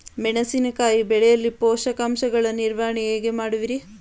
ಮೆಣಸಿನಕಾಯಿ ಬೆಳೆಯಲ್ಲಿ ಪೋಷಕಾಂಶಗಳ ನಿರ್ವಹಣೆ ಹೇಗೆ ಮಾಡುವಿರಿ?